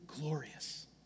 glorious